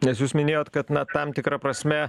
nes jūs minėjot kad na tam tikra prasme